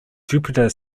jupiter